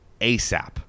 ASAP